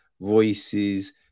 voices